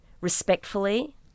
respectfully